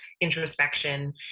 Introspection